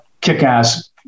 kick-ass